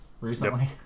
recently